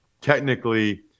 technically